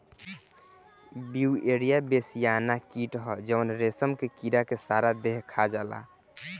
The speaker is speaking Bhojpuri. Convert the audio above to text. ब्युयेरिया बेसियाना कीट ह जवन रेशम के कीड़ा के सारा देह खा जाला